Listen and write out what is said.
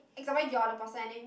example you are the person and then